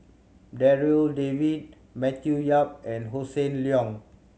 Darryl David Matthew Yap and Hossan Leong